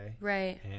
right